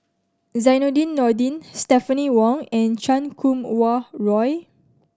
Zainudin Nordin Stephanie Wong and Chan Kum Wah Roy